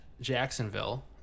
Jacksonville